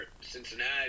Cincinnati